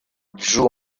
joue